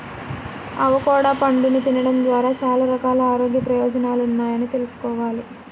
avocado పండుని తినడం ద్వారా చాలా రకాల ఆరోగ్య ప్రయోజనాలున్నాయని తెల్సుకోవాలి